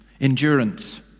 endurance